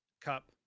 Cup